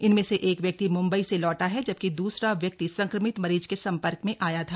इनमें से एक व्यक्ति मुंबई से लौटा है जबकि दूसरा व्यक्ति संक्रमित मरीज के संपर्क में आया था